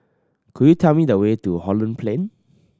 could you tell me the way to Holland Plain